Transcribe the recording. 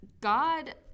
God